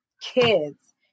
kids